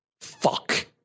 fuck